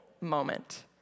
moment